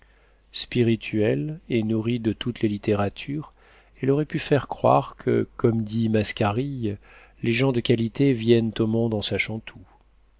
spirituelle et nourrie de toutes les littératures elle aurait pu faire croire que comme dit mascarille les gens de qualité viennent au monde en sachant tout